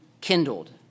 kindled